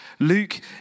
Luke